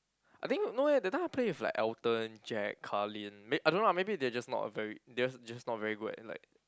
I think no leh that time I play with like Elton Jack Carlyn m~ I don't know lah maybe they're just not a very just just not very good at like